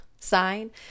sign